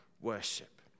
worship